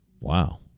Wow